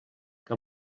que